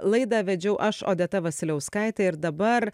laidą vedžiau aš odeta vasiliauskaitė ir dabar